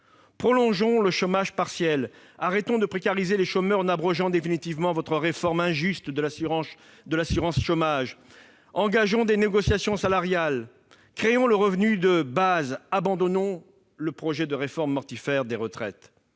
Prolongeons le chômage partiel ; arrêtons de précariser les chômeurs et abrogeons définitivement votre réforme injuste de l'assurance chômage ; engageons des négociations salariales ; créons le revenu de base ; abandonnons votre projet mortifère de réforme des retraites